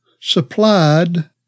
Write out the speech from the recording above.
supplied